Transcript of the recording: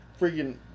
freaking